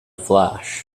flash